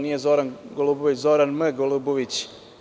Nije Zoran Golubović, već Zoran M. Golubović.